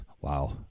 wow